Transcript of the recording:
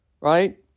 right